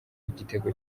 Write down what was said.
igitego